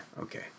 okay